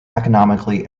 economically